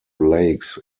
lakes